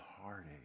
heartache